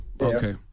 Okay